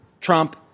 Trump